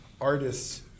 artists